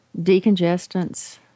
decongestants